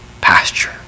pasture